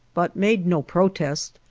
but made no protest,